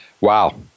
wow